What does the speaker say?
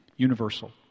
Universal